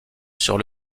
sur